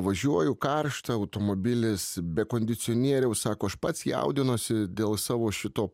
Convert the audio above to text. važiuoju karšta automobilis be kondicionieriaus sako aš pats jaudinuosi dėl savo šito